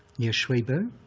near shwebo,